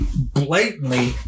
blatantly